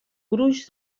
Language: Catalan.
gruix